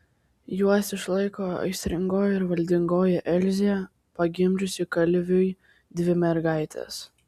juos išlaiko aistringoji ir valdingoji elzė pagimdžiusi kalviui dvi mergaites